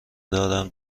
دارم